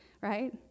right